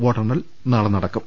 വോട്ടെണ്ണൽ നാളെ നടക്കും